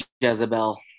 Jezebel